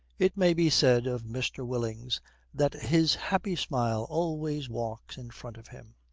it may be said of mr. willings that his happy smile always walks in front of him.